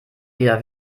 wieder